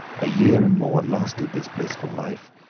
a year and more lasted this blissful life,